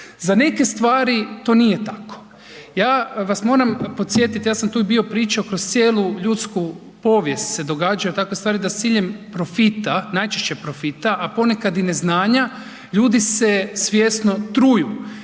Za neke stvari to nije tako, ja vas moram podsjetiti, ja sam tu bio pričao kroz cijelu ljudsku povijest se događaju takve stvari da s ciljem profita, najčešće profita, a ponekad i neznanja ljudi se svjesno truju.